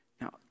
Now